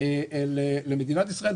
למדינת ישראל,